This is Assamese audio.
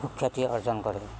সুখ্যাতি অৰ্জন কৰে